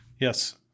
Yes